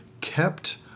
kept